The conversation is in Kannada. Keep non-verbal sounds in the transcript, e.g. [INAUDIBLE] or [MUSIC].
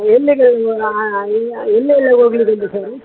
ಎಲ್ಲಿಗೆ [UNINTELLIGIBLE] ಎಲ್ಲಿ ಎಲ್ಲಿಗೆ ಹೋಗ್ಲಿಕ್ಕೆ ಉಂಟು ಸರ್